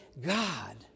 God